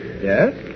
Yes